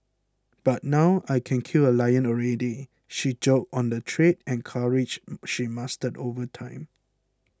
but now I can kill a lion already she joked on the trade and courage she mastered over time